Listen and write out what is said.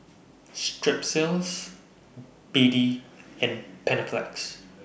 Strepsils B D and Panaflex